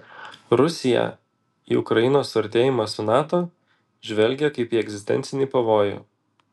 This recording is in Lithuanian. rusiją į ukrainos suartėjimą su nato žvelgia kaip į egzistencinį pavojų